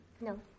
no